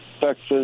Texas